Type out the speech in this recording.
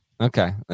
Okay